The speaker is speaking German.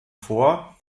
vor